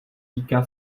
týká